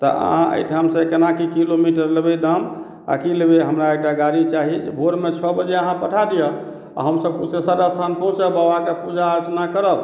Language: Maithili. तऽ अहाँ एहिठामसँ केना की किलोमीटर लेबै दाम आ की लेबै हमरा एकटा गाड़ी चाही भोरमे छओ बजे अहाँ पठा दीअ हमसभ कुशेश्वर स्थान पहुँचब बाबाक पूजा अर्चना करब